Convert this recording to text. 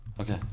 okay